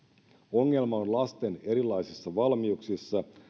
ongelma on lasten erilaisissa valmiuksissa